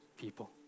people